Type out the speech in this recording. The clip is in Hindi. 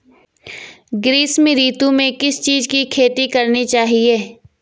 ग्रीष्म ऋतु में किस चीज़ की खेती करनी चाहिये?